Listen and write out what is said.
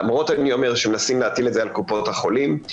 למרות שמנסים להטיל את זה על קופות החולים,